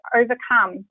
overcome